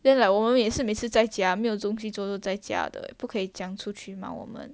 then like 我们每次每次在家没有东西做就在家的不可以这样出去嘛我们